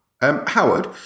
Howard